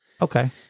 Okay